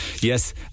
yes